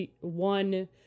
one